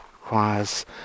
requires